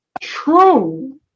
true